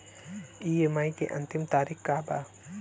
EMI के अंतिम तारीख का बा?